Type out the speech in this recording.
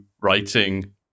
writing